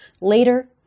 later